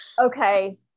okay